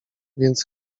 więc